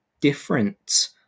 different